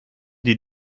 die